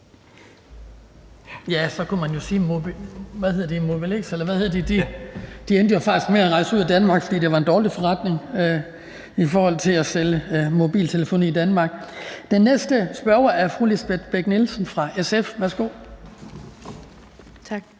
at Mobilix, eller hvad de hed, jo faktisk endte med at rejse ud af Danmark, fordi det var en dårlig forretning i forhold til at sælge mobiltelefoni i Danmark. Den næste spørger er fru Lisbeth Bech-Nielsen fra SF. Værsgo. Kl.